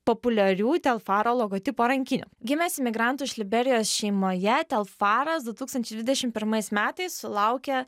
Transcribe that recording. populiarių telfaro logotipo rankinių gimęs imigrantų iš liberijos šeimoje telfaras du tūkstančiai dvidešim pirmais metais sulaukė